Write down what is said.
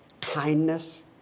Kindness